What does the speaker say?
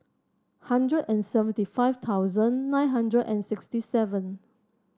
hundred and seventy five thousand nine hundred and sixty seven